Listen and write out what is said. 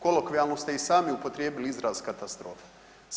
Kolokvijalno ste i sami upotrijebili izraz katastrofa.